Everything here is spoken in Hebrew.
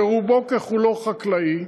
שרובו ככולו חקלאי,